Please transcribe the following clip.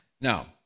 Now